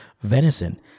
venison